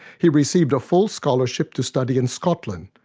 he received a full scholarship to study in scotland,